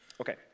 Okay